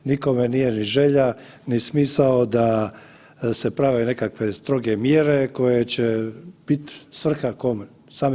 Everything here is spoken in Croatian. Nikome nije ni želja, ni smisao da se prave nekakve stroge mjere koje će bit svrha kome?